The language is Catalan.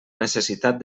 necessitat